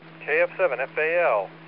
KF7FAL